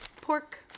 pork